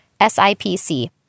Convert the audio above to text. SIPC